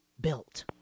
built